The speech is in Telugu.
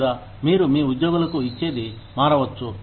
లేదా మీరు మీ ఉద్యోగులకు ఇచ్చేది మారవచ్చు